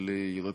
של ירקות,